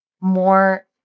more